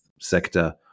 sector